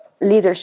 leadership